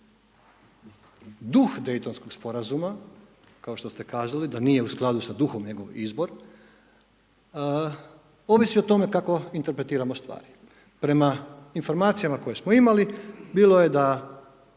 Duh Dejtonskog sporazuma, kao što ste kazali da nije u skladu sa duhom njegov izbor, ovisi o tome kako interpretiramo stvari. Prema informacijama koje smo imali bilo je da